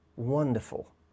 Wonderful